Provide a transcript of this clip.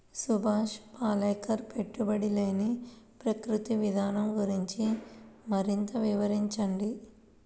సుభాష్ పాలేకర్ పెట్టుబడి లేని ప్రకృతి విధానం గురించి మరింత వివరించండి